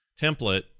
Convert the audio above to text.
template